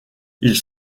ils